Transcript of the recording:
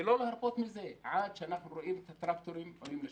ולא להרפות מזה עד שנראה את הטרקטורים עולים לשטח.